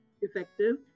effective